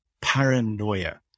Paranoia